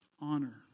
Honor